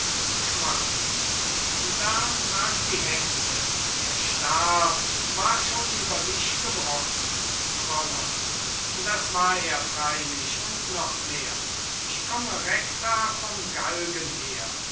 schwarz da frag die hexe der stab war schon über dich gebrochen roller das war er freylich und noch mehr ich komme recta vom galgen her